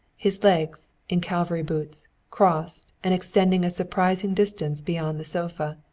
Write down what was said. his legs, in cavalry boots, crossed and extending a surprising distance beyond the sofa.